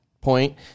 point